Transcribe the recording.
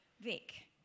Vic